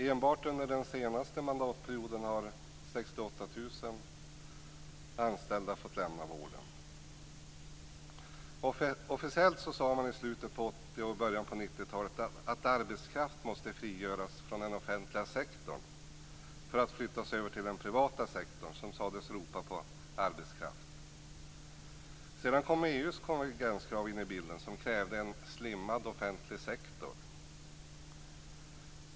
Enbart under den senaste mandatperioden har 68 000 Officiellt sade man i slutet av 80-talet och början av 90-talet att arbetskraft måste frigöras från den offentliga sektorn för att flyttas över till den privata sektorn som sades ropa på arbetskraft. Sedan kom EU:s konvergenskrav in i bilden som krävde en slimmad offentlig sektor.